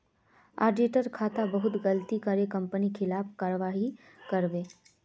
auditor खातात बहुत गलती दखे कंपनी खिलाफत कारवाही करले